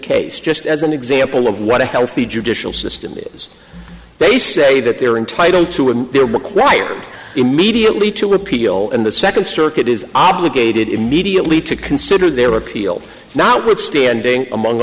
case just as an example of what a healthy judicial system is they say that they're entitled to and they're required immediately to appeal in the second circuit is obligated immediately to consider their appeal notwithstanding among